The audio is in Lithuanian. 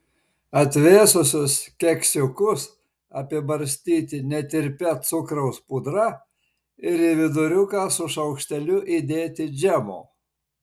atvėsusius keksiukus apibarstyti netirpia cukraus pudra ir į viduriuką su šaukšteliu įdėti džemo